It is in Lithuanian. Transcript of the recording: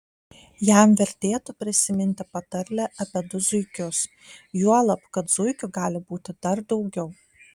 jam vertėtų prisiminti patarlę apie du zuikius juolab kad zuikių gali būti dar daugiau